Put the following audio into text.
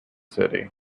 city